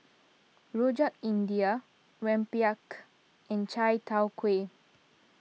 Rojak India Rempeyek and Chai Tow Kway